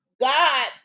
God